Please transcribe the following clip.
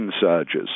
surges